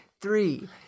three